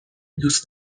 دوست